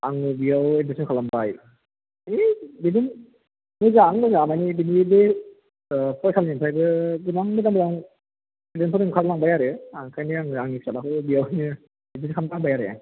आङो बेयाव एदमिसन खालामबाय ऐ बेखौनो थिक जानानै दं नालाय बिनि बे फरायसालिनिफ्रायनो गोबां मोजां मोजां स्टुदेन्थफोर ओंखारलांबाय आरो आं ओंखायनो आङो आंनि फिसाज्लाखौबो बेयावनो एदमिसन खालामबाय आरो